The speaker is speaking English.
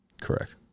Correct